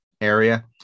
area